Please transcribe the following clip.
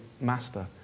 master